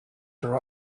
her